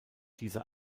dieser